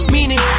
Meaning